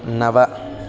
नव